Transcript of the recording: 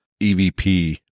EVP